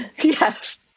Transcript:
Yes